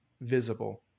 visible